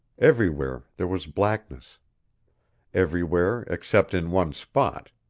everywhere there was blackness everywhere except in one spot,